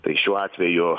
tai šiuo atveju